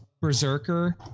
Berserker